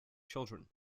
children